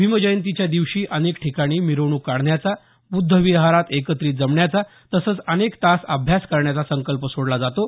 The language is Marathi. भीमजयंतीच्या दिवशी अनेक ठिकाणी मिरवणूक काढण्याचा बुद्ध विहारात एकत्रित जमण्याचा तसंच अनेक तास अभ्यास करण्याचा संकल्प सोडला जातो